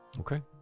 Okay